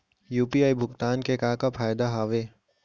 UPI भुगतान के का का फायदा हावे?